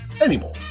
anymore